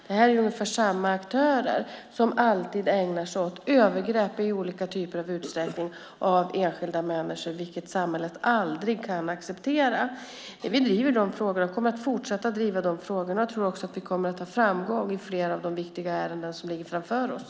Det är ungefär samma aktörer som i olika utsträckning ägnar sig åt övergrepp på enskilda människor, vilket samhället aldrig kan acceptera. Vi driver de frågorna och kommer att fortsätta att driva dem. Jag tror också att vi kommer att ha framgång i flera av de viktiga ärenden som ligger framför oss.